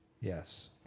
Yes